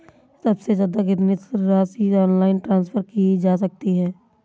सबसे ज़्यादा कितनी राशि ऑनलाइन ट्रांसफर की जा सकती है?